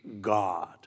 God